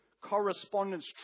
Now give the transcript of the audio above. correspondence